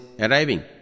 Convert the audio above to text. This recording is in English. arriving